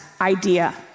idea